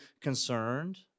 concerned